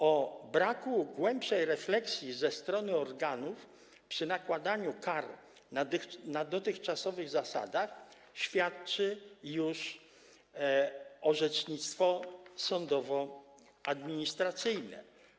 O braku głębszej refleksji ze strony organów przy nakładaniu kar na dotychczasowych zasadach świadczy już orzecznictwo sądowo-administracyjne.